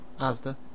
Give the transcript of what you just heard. Asda